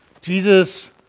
Jesus